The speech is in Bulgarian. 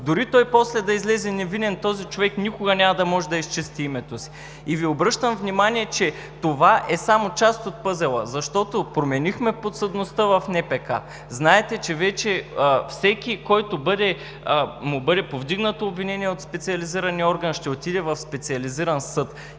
Дори после да излезе невинен, този човек никога няма да може да изчисти името си. Обръщам Ви внимание, че това е само част от пъзела. Променихме подсъдността в НПК – знаете, че вече всеки, на когото му бъде повдигнато обвинение от специализирания орган, ще отиде в специализиран съд.